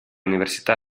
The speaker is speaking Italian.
università